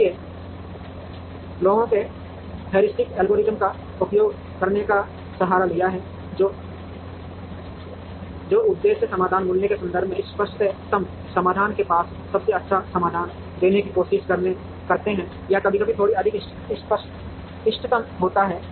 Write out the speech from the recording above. इसलिए लोगों ने हेरीस्टिक एल्गोरिदम का उपयोग करने का सहारा लिया है जो उद्देश्य समाधान मूल्य के संदर्भ में इष्टतम समाधान के पास सबसे अच्छा समाधान देने की कोशिश करते हैं या कभी कभी थोड़ा अधिक इष्टतम होते हैं